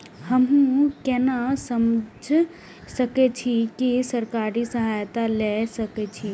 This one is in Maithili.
हमू केना समझ सके छी की सरकारी सहायता ले सके छी?